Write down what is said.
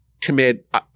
commit